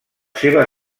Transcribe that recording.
seva